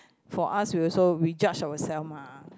for us we also we judge ourselves mah